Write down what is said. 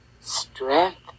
strength